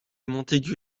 montaigu